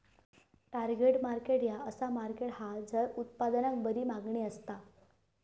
target market ह्या असा market हा झय उत्पादनाक बरी मागणी असता